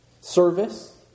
Service